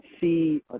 see